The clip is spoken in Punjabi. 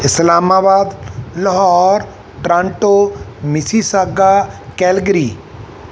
Islamabad Lahore Toronto Mississauga Calgary